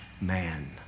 man